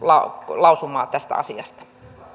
lausumaa tästä asiasta